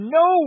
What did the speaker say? no